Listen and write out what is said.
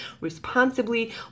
responsibly